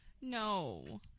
No